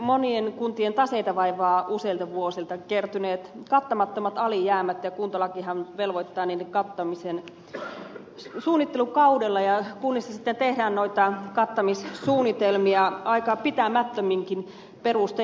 monien kuntien taseita vaivaavat useilta vuosilta kertyneet kattamattomat alijäämät ja kuntalakihan velvoittaa niiden kattamisen suunnittelukaudella ja kunnissa sitten tehdään noita kattamissuunnitelmia aika pitämättöminkin perustein